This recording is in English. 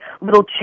little